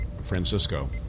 Francisco